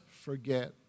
forget